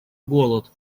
голод